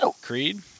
Creed